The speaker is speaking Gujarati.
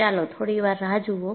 ચાલો થોડીવાર રાહ જુઓ